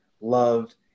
loved